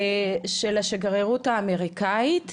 של השגרירות האמריקאית,